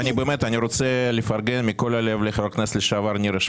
אני באמת רוצה לפרגן מכל הלב לחברת הכנסת לשעבר נירה שפק,